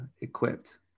equipped